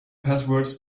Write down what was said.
passwords